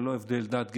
ללא הבדל דת,